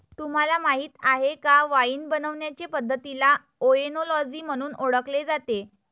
तुम्हाला माहीत आहे का वाइन बनवण्याचे पद्धतीला ओएनोलॉजी म्हणून ओळखले जाते